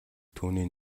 түүний